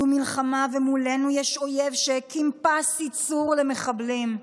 זו מלחמה, ומולנו יש אויב שהקים פס ייצור למחבלים.